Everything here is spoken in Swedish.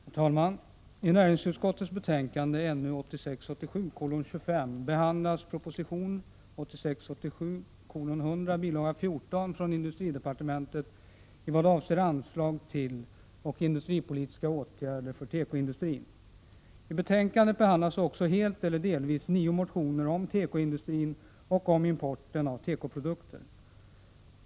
Herr talman! I näringsutskottets betänkande 1986 87:100, bilaga 14, från industridepartementet, i vad avser anslag till industripolitiska åtgärder för tekoindustrin. I betänkandet behandlas också helt eller delvis 9 motioner om tekoindustrin och om importen av tekoprodukter.